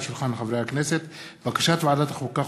הצעת ועדת החוקה,